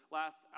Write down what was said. last